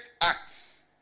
acts